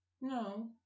no